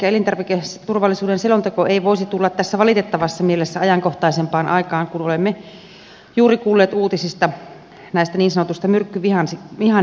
elikkä elintarviketurvallisuuden selonteko ei voisi tulla tässä valitettavassa mielessä ajankohtaisempaan aikaan kun olemme juuri kuulleet uutisista näistä niin sanotuista myrkkyvihanneksista